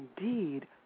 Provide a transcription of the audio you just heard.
indeed